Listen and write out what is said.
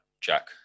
Jack